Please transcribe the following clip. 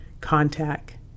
Contact